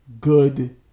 good